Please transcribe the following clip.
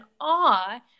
awe